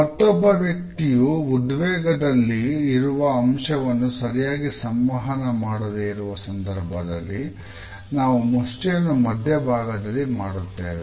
ಮತ್ತೊಬ್ಬ ವ್ಯಕ್ತಿಯು ಉದ್ವೇಗದಲ್ಲಿ ಇರುವ ಅಂಶವನ್ನು ಸರಿಯಾಗಿ ಸಂವಹನ ಮಾಡದೆ ಇರುವ ಸಂದರ್ಭದಲ್ಲಿ ನಾವು ಮುಷ್ಟಿಯನ್ನು ಮಧ್ಯಭಾಗದಲ್ಲಿ ಮಾಡುತ್ತೇವೆ